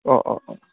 औ औ औ